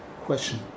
Question